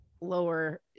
lower